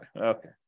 Okay